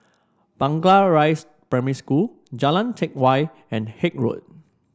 Blangah Rise Primary School Jalan Teck Whye and Haig Road